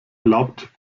erlaubt